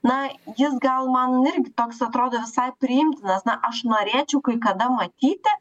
na jis gal man irgi toks atrodo visai priimtinas na aš norėčiau kai kada matyti